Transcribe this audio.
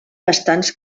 bastants